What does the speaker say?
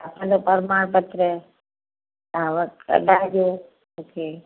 असांजो प्रमाण पत्र तव्हां उहो कढाए ॾियो मूंखे